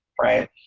right